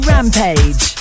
Rampage